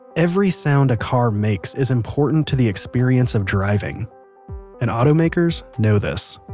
every sound a car makes is important to the experience of driving and automakers know this